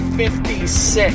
56